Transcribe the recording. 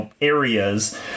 areas